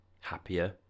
happier